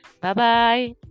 Bye-bye